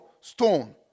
Stone